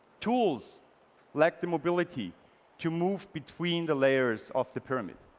tools lack the mobility to move between the layers of the pyramid.